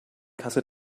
kasse